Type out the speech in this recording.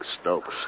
Stokes